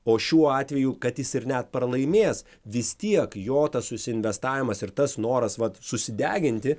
o šiuo atveju kad jis ir net pralaimės vis tiek jo tas susiinvestavimas ir tas noras vat susideginti